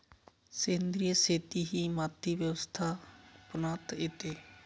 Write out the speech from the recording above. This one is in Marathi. सेंद्रिय शेती ही माती व्यवस्थापनात येते